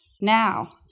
now